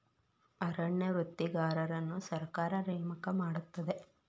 ಅರಣ್ಯ ವೃತ್ತಿಗಾರರನ್ನು ಸರ್ಕಾರ ನೇಮಕ ಮಾಡುತ್ತದೆ